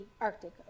Arctic